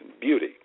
beauty